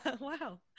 wow